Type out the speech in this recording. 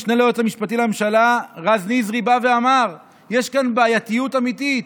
המשנה היועץ המשפטי לממשלה רז נזרי בא ואמר: יש כאן בעייתיות אמיתית.